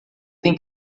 tem